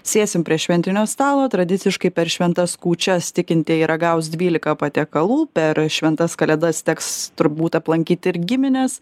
sėsim prie šventinio stalo tradiciškai per šventas kūčias tikintieji ragaus dvylika patiekalų per šventas kalėdas teks turbūt aplankyti ir gimines